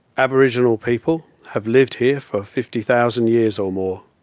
aboriginal people have lived here for fifty thousand years or more.